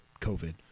COVID